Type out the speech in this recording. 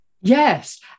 Yes